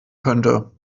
könnte